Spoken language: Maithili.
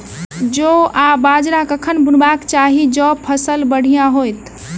जौ आ बाजरा कखन बुनबाक चाहि जँ फसल बढ़िया होइत?